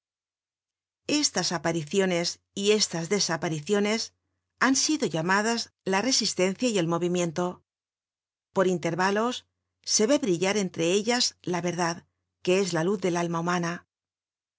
estas apariciones y estas desapariciones han sido llamadas la resistencia y el movimiento por intervalos se ve brillar entre ellas la verdad que es la luz del alma humana